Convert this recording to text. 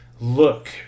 look